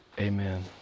Amen